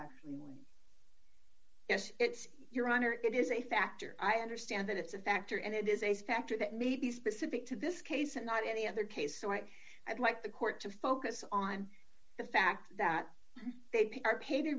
yes it's your honor it is a factor i understand that it's a factor and it is a factor that may be specific to this case and not any other case so i i'd like the court to focus on the fact that they are paid a